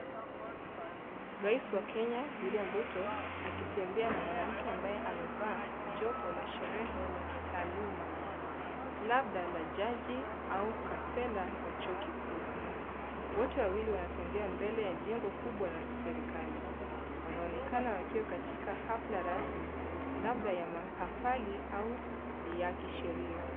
Rais wa Kenya William Ruto, akitembea na mwanamke ambaye amevaa jopo la sherehe la kitaaluma, labda la jaji au kasela wa chuo kikuu. Wote wawili wanatembea mbele ya jengo kubwa la kiserikali. Wanaonekana wakiwa katika hafla rasmi labda ya makafali au ni ya kisheria.